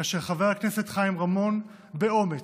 כאשר חבר הכנסת חיים רמון, באומץ,